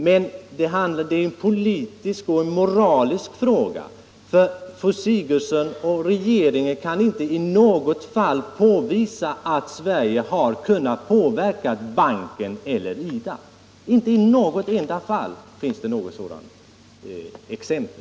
Men det är en politisk och en moralisk fråga. Fru Sigurdsen och regeringen kan inte i något fall påvisa att Sverige har kunnat påverka Världsbanken. Det finns inte ett enda sådant exempel.